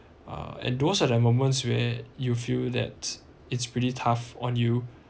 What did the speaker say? uh and those are the moments where you feel that it's pretty tough on you